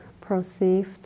perceived